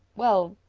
well,